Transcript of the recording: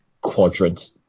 quadrant